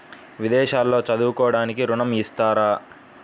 విదేశాల్లో చదువుకోవడానికి ఋణం ఇస్తారా?